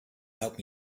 help